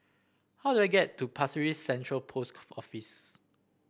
how do I get to Pasir Ris Central Post Office